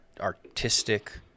artistic